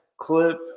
clip